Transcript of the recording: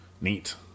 Neat